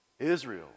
Israel